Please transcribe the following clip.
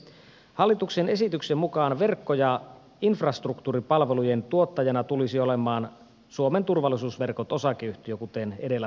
hallituksen esityksen mukaan verkko ja infrastruktuuripalvelujen tuottajana tulisi olemaan suomen turvallisuusverkko oy kuten edellä totesin